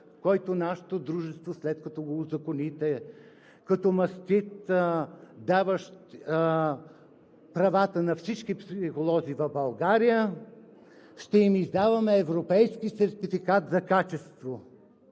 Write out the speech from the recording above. който нашето дружество, след като го узаконите като мастит, даващ правата на всички психолози в България, ще им издаваме европейски сертификат за качество.